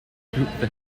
group